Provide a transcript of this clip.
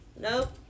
Nope